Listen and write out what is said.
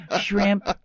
Shrimp